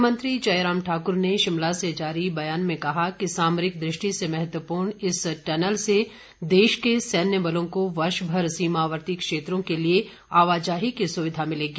मुख्यमंत्री जयराम ठाकुर ने शिमला से जारी बयान में कहा कि सामरिक दृष्टि से महत्वपूर्ण इस टनल से देश के सैन्य बलों को वर्षभर सीमावर्ती क्षेत्रों के लिए आवाजाही की सुविधा मिलेगी